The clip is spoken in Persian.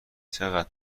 چقدر